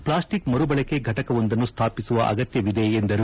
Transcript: plastic ಮರುಬಳಕೆ ಫಟಕವೊಂದನ್ನು ಸ್ಥಾಪಿಸುವ ಅಗತ್ಯವಿದೆ ಎಂದರು